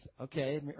okay